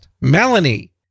Melanie